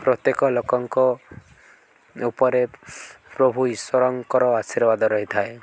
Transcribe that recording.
ପ୍ରତ୍ୟେକ ଲୋକଙ୍କ ଉପରେ ପ୍ରଭୁ ଈଶ୍ୱରଙ୍କର ଆଶୀର୍ବାଦ ରହିଥାଏ